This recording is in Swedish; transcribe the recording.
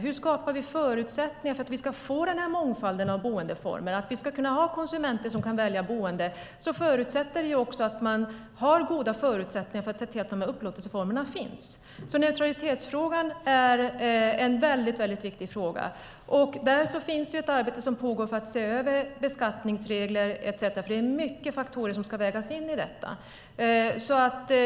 Hur skapar vi förutsättningar för att vi ska få den här mångfalden av boendeformer och för att vi ska kunna ha konsumenter som kan välja boende? Det behövs goda förutsättningar för att man ska kunna se till att de här upplåtelseformerna finns. Neutralitetsfrågan är en väldigt viktig fråga. Det pågår ett arbete för att se över beskattningsregler etcetera. Det är många faktorer som ska vägas in i detta.